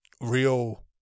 real